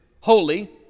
holy